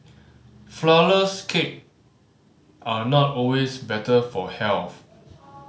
flourless cake are not always better for health